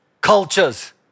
cultures